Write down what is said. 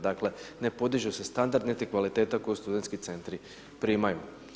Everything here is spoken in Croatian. Dakle, ne podiže se standard niti kvaliteta koju studentski centri primaju.